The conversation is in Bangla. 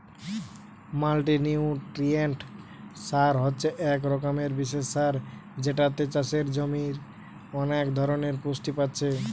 মাল্টিনিউট্রিয়েন্ট সার হচ্ছে এক রকমের বিশেষ সার যেটাতে চাষের জমির অনেক ধরণের পুষ্টি পাচ্ছে